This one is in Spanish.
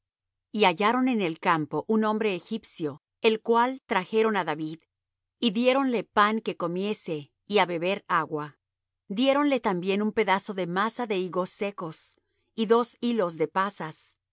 y hallaron en el campo un hombre egipcio el cual trajeron á david y diéronle pan que comiese y á beber agua diéronle también un pedazo de masa de higos secos y dos hilos de pasas